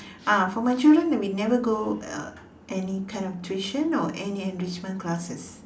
ah for my children that we never go uh any kind of tuition or any enrichment classes